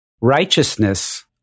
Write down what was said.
Righteousness